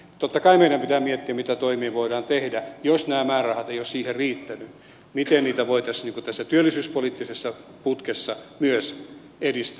totta kai meidän pitää miettiä mitä toimia voidaan tehdä jos nämä määrärahat eivät ole siihen riittäneet miten heidän työllistämistään voitaisiin tässä työllisyyspoliittisessa putkessa myös edistää